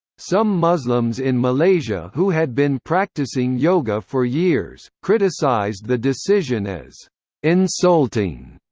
some muslims in malaysia who had been practicing yoga for years, criticized the decision as insulting.